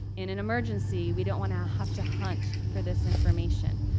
in an emergency, we don't wanna have to hunt for this information.